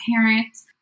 parents